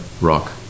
rock